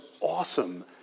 awesome